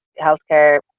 healthcare